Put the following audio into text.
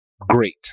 great